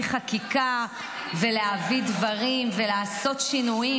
חקיקה ולהביא דברים ולעשות שינויים,